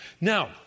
Now